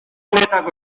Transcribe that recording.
honetako